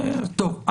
טוב,